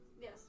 Yes